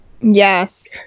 Yes